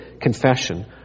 confession